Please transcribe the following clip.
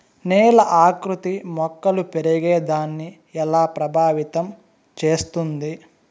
నేల ఆకృతి మొక్కలు పెరిగేదాన్ని ఎలా ప్రభావితం చేస్తుంది?